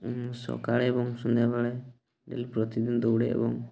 ସକାଳେ ଏବଂ ସନ୍ଧ୍ୟାବେଳେ ଡେଲି ପ୍ରତିଦିନ ଦୌଡ଼େ ଏବଂ